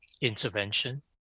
intervention